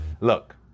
look